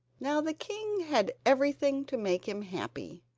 now the king had everything to make him happy,